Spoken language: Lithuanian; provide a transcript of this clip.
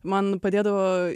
man padėdavo